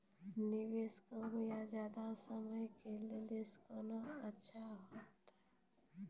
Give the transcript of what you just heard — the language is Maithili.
निवेश कम या ज्यादा समय के लेली कोंन अच्छा होइतै?